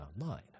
online